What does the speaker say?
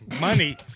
Money